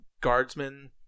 guardsmen